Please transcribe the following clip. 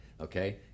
okay